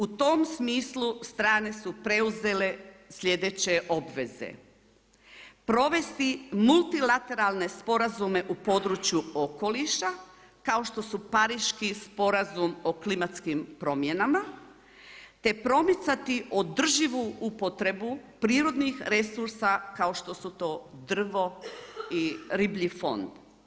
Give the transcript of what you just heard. U tom smislu strane su preuzele sljedeće obveze, provesti multilateralne sporazume u području okoliša, kao što su Pariški sporazum o klimatskim promjenama, te promicati održivu upotrebu prirodnih resursa kao što su to drvo i riblji fond.